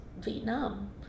Vietnam